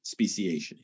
speciation